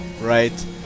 right